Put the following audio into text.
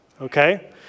okay